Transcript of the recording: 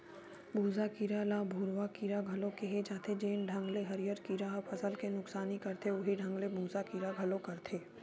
भूँसा कीरा ल भूरूवा कीरा घलो केहे जाथे, जेन ढंग ले हरियर कीरा ह फसल के नुकसानी करथे उहीं ढंग ले भूँसा कीरा घलो करथे